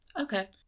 Okay